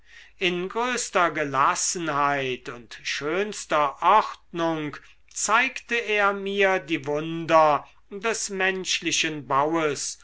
in größter gelassenheit und schönster ordnung zeigte er mir die wunder des menschlichen baues